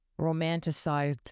romanticized